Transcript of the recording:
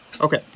Okay